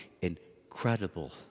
incredible